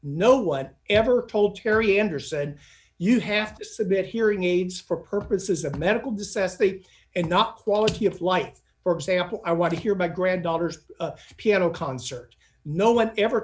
under said you have to submit hearing aids for purposes of medical dissent the and not quality of life for example i want to hear my granddaughter's piano concert no one ever